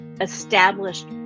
established